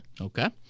Okay